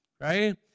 right